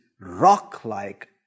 rock-like